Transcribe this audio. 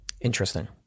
Interesting